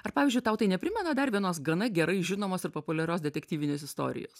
ar pavyzdžiui tau tai neprimena dar vienos gana gerai žinomos ir populiarios detektyvinės istorijos